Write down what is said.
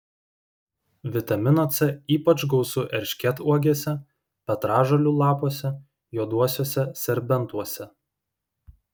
vitamino c ypač gausu erškėtuogėse petražolių lapuose juoduosiuose serbentuose